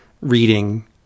reading